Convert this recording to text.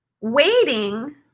Waiting